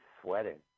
sweating